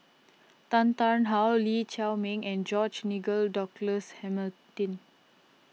Tan Tarn How Lee Chiaw Meng and George Nigel Douglas Hamilton